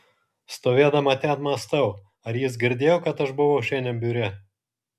stovėdama ten mąstau ar jis girdėjo kad aš buvau šiandien biure